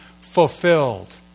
fulfilled